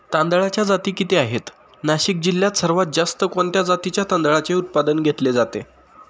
तांदळाच्या जाती किती आहेत, नाशिक जिल्ह्यात सर्वात जास्त कोणत्या जातीच्या तांदळाचे उत्पादन घेतले जाते?